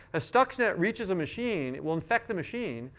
as stuxnet reaches a machine, it will infect the machine,